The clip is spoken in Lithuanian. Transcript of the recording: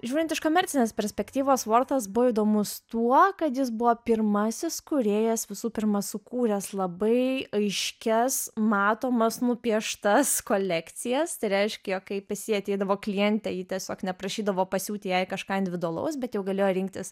žiūrint iš komercinės perspektyvos vortas buvo įdomus tuo kad jis buvo pirmasis kūrėjas visų pirma sukūręs labai aiškias matomas nupieštas kolekcijas tai reiškia jog kai pas jį ateidavo klientė ji tiesiog neprašydavo pasiūti jai kažką individualaus bet jau galėjo rinktis